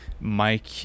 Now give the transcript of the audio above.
Mike